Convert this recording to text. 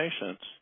patients